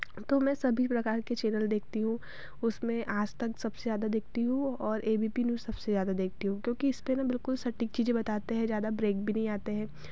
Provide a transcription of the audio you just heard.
तो मैं सभी प्रकार के चेनल देखती हूँ उसमें आज तक सबसे ज़्यादा देखती हूँ और ए बी पी न्यूज़ सबसे ज़्यादा देखती हूँ क्योंकि इसपे ना बिलकुल सटीक चीज़ें बताते हैं ज़्यादा ब्रेक भी नहीं आते हैं